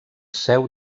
seu